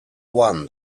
one